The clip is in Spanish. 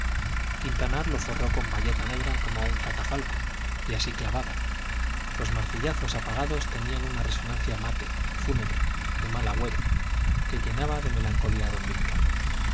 lo forró con bayeta negra como un catafalco y así clavaba los martillazos apagados tenían una resonancia mate fúnebre de mal agüero que llenaba de melancolía a don víctor